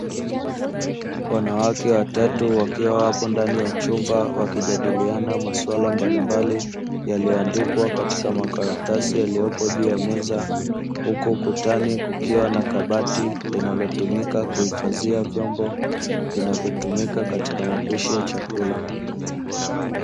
Wanawake watatu wakiwa wapo ndani ya chumba wakijadiliana maswala mbalimbali yaliyoandikwa katika makaratasi yaliyopo juu ya meza huku ukutani kukiwa na kabati linalotumika kuhifadhia vyombo vinavyotumika katika mapishi ya chakula.